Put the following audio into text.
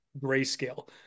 grayscale